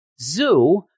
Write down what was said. zoo